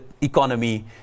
economy